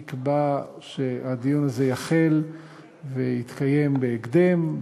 נקבע שהדיון הזה יחל ויתקיים בהקדם,